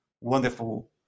wonderful